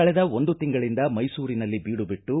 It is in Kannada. ಕಳೆದ ಒಂದು ತಿಂಗಳಿಂದ ಮೈಸೂರಿನಲ್ಲಿ ಬೀಡುಬಿಟ್ಟು